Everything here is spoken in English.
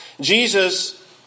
Jesus